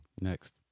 Next